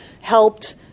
helped